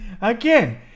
Again